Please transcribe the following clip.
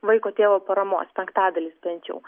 vaiko tėvo paramos penktadalis bent jau